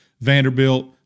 Vanderbilt